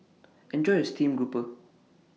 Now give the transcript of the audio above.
Enjoy your Stream Grouper